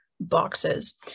boxes